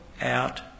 out